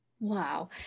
Wow